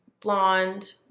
blonde